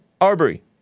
Arbery